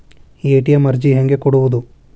ATM ಅರ್ಜಿ ಹೆಂಗೆ ಕೊಡುವುದು?